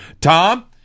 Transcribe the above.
Tom